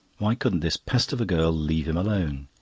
why couldn't this pest of a girl leave him alone?